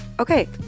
Okay